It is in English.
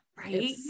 Right